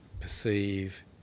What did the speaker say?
Perceive